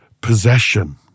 possession